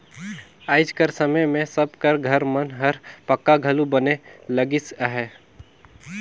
आएज कर समे मे सब कर घर मन हर पक्का घलो बने लगिस अहे